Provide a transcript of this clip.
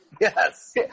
Yes